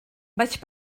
vaig